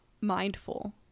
mindful